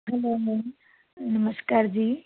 hello ma'am ਨਮਸਕਾਰ ਜੀ